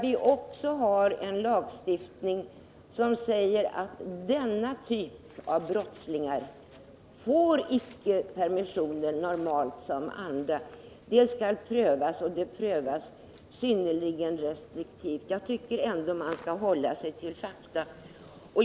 Vi har en lagstiftning som säger att denna typ av brottslingar normalt icke får samma möjligheter till permissioner som andra. Det skall prövas, och man är vid denna prövning synnerligen restriktiv. Jag tycker ändå att man skall hålla sig till fakta.